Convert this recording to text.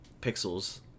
pixels